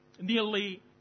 nearly